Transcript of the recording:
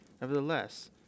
Nevertheless